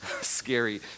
scary